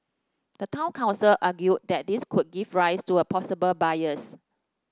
the town council argued that this could give rise to a possible bias